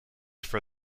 for